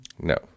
No